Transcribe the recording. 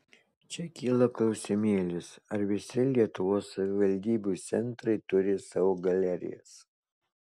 čia kyla klausimėlis ar visi lietuvos savivaldybių centrai turi savo galerijas